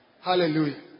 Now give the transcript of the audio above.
Hallelujah